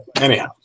anyhow